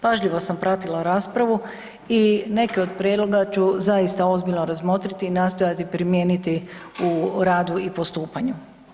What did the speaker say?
Pažljivo sam pratila raspravu i neke od prijedloga ću zaista ozbiljno razmotriti i nastojati primijeniti u radu i postupanju.